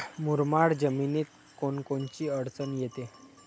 मुरमाड जमीनीत कोनकोनची अडचन येते?